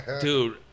dude